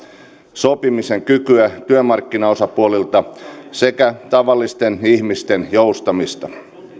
sopimisen kykyä työmarkkinaosapuolilta sekä tavallisten ihmisten joustamista